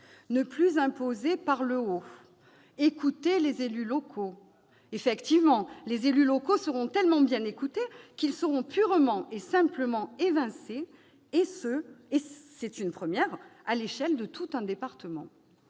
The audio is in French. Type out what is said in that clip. ne plus imposer par le haut »,« écouter les élus locaux »... Les élus locaux seront tellement bien écoutés qu'ils seront purement et simplement évincés, et ce- c'est une première -à l'échelle de tout un département